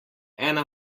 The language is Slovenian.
ena